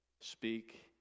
speak